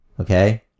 Okay